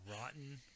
rotten